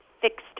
fixed